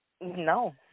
No